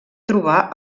trobar